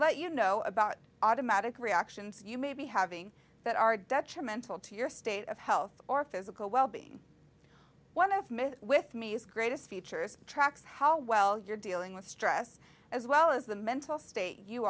let you know about automatic reactions you may be having that are detrimental to your state of health or physical well being one of many with me is greatest features tracks how well you're dealing with stress as well as the mental state you